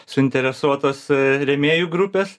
suinteresuotos rėmėjų grupės